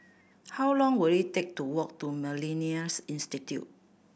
how long will it take to walk to Millennia Institute